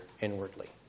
inwardly